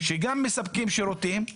שגם מספקים שירותים.